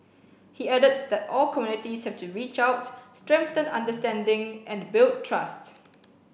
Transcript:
he added that all communities have to reach out strengthen understanding and build trust